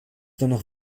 dennoch